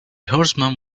horseman